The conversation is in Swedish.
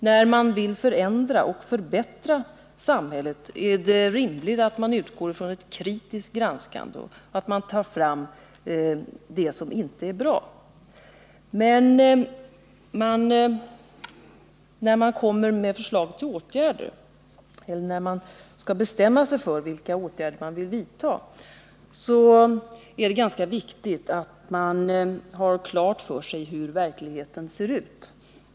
När man vill förändra och förbättra samhället är det rimligt att man utgår från ett kritiskt granskande och tar fram det som inte är bra. Men när man föreslår åtgärder eller skall bestämma sig för vilka åtgärder man vill vidta är det ganska viktigt att man har klart för sig hur verkligheten ser ut.